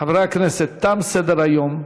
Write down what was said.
חברי הכנסת, תם סדר-היום.